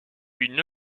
une